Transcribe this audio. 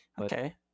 Okay